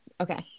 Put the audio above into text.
Okay